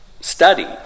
study